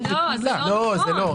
לא, זה לא נכון.